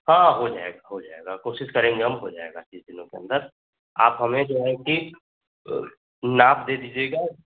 हाँ हो जायेगा हो जायेगा कोशिश करेंगे हम हो जायेगा तीस दिनों के अंदर आप हमें जो है कि नाप दे दीजियेगा